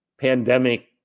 pandemic